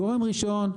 גורם ראשון,